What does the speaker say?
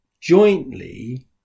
jointly